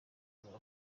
avuga